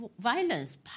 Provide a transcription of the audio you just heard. violence